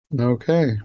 Okay